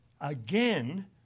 again